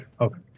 Okay